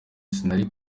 sinari